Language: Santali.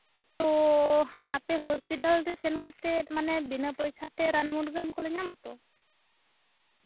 ᱛᱳ ᱟᱯᱮ ᱦᱚᱥᱯᱤᱴᱟᱞ ᱨᱮ ᱥᱮᱱ ᱠᱟᱛᱮᱜ ᱵᱤᱱᱟᱹ ᱯᱚᱭᱥᱟᱛᱮ ᱨᱟᱱ ᱢᱩᱨᱜᱟᱹᱱ ᱠᱚᱞᱮ ᱧᱟᱢᱟ ᱛᱚ